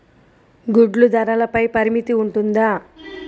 గుడ్లు ధరల పై పరిమితి ఉంటుందా?